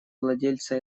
владельца